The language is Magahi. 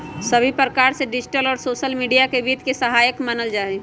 सभी प्रकार से डिजिटल और सोसल मीडिया के वित्त के सहायक मानल जाहई